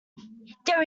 there